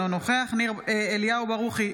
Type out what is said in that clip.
אינו נוכח אליהו ברוכי,